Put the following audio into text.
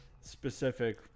specific